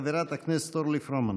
חברת הכנסת אורלי פרומן.